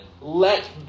let